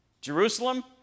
Jerusalem